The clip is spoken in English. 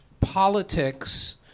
politics